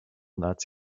nuts